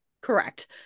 Correct